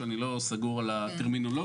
אני לא בטוח בטרמינולוגיה,